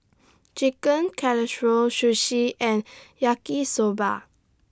Chicken Casserole Sushi and Yaki Soba